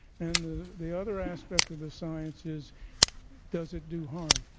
and the the other aspect of the science is does it do harm.